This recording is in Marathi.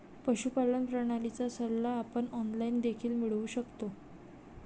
पशुपालन प्रणालीचा सल्ला आपण ऑनलाइन देखील मिळवू शकतो